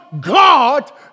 God